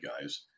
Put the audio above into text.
guys